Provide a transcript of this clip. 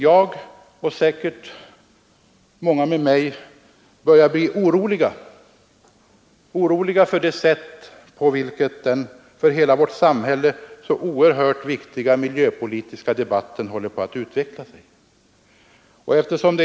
Jag och säkert många med mig börjar bli oroliga för det sätt på vilket den för hela vårt samhälle så oerhört viktiga miljöpolitiska debatten håller på att utveckla sig.